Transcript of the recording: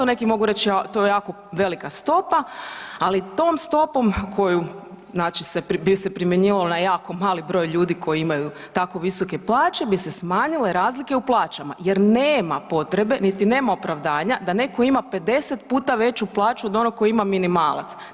Neki mogu reći to je jako velika stopa, ali tom stopom koju znači bi se primjenjivalo na jako mali broj ljudi koji imaju tako visoke plaće bi se smanjile razlike u plaćama jer nema potrebe niti nema opravdanja da netko ima 50 puta veću od plaću od ono koji ima minimalac.